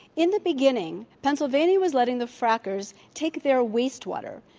in the beginning, pennsylvania was letting the frackers take their wastewater,